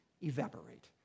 evaporate